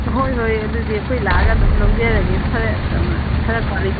ꯍꯣꯏ ꯍꯣꯏ ꯑꯗꯨꯗꯤ ꯑꯩꯈꯣꯏ ꯂꯥꯛꯑꯒ ꯑꯗꯨꯝ ꯂꯧꯖꯔꯒꯦ ꯈꯔ ꯈꯔ ꯀ꯭ꯋꯥꯂꯤꯇꯤ